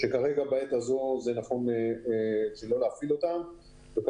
שכרגע נכון שלא להפעיל את האולמות וגני האירועים.